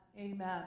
Amen